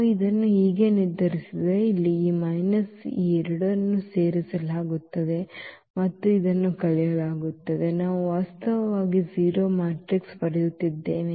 ನಾವು ಇದನ್ನು ಹೀಗೆ ನಿರ್ಧರಿಸಿದಾಗ ಇಲ್ಲಿ ಈ ಮೈನಸ್ ಈ ಎರಡನ್ನೂ ಸೇರಿಸಲಾಗುತ್ತದೆ ಮತ್ತು ಇದನ್ನು ಕಳೆಯಲಾಗುತ್ತದೆ ನಾವು ವಾಸ್ತವವಾಗಿ 0 ಮ್ಯಾಟ್ರಿಕ್ಸ್ ಪಡೆಯುತ್ತಿದ್ದೇವೆ